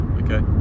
okay